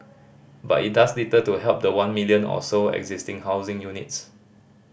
but it does little to help the one million or so existing housing units